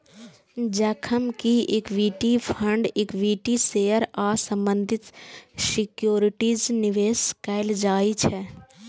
जखन कि equity fund equity share आ संबंधित सिक्योरिटीज मे निवेश कैल जाइ छै